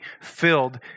filled